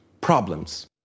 problems